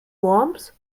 worms